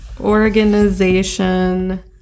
Organization